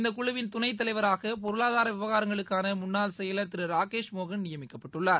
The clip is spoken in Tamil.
இந்தக் குழுவின் துணைத்தலைவராக பொருளாதார விவகாரங்களுக்கான முன்னாள் செயலர் திரு ராகேஷ் மோகன் நியமிக்கப்பட்டுள்ளார்